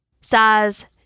size